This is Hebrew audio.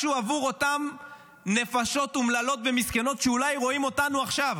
משהו עבור אותן נפשות אומללות ומסכנות שאולי רואות אותנו עכשיו.